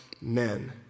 men